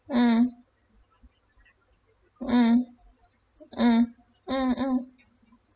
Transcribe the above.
mm mm mm mm mm